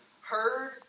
heard